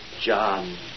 John